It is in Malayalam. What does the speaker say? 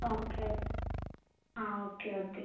ഓക്കെ ഓക്കെ ആ ഓക്കെ ഓക്കെ